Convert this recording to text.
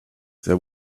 there